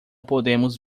podemos